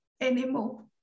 anymore